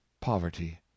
poverty